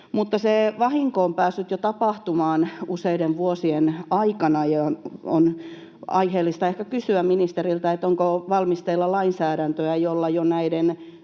vahinko on päässyt jo tapahtumaan useiden vuosien aikana, ja on aiheellista ehkä kysyä ministeriltä: onko valmisteilla lainsäädäntöä, jolla jo näitä